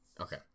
Okay